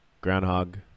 Groundhog